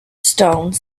stone